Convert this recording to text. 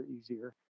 easier